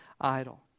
idol